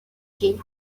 she